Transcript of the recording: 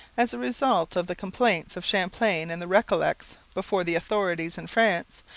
as a result of the complaints of champlain and the recollets, before the authorities in france,